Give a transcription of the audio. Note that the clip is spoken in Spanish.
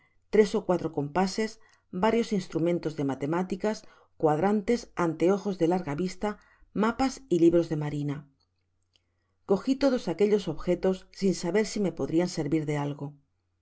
tres ó cuatro compases varios instrumentos de matemáticas cuadrantes anteojos de lagar vista mapas y libros de marina cogi todos aquellos objetos sin saber si me podrian servir de algo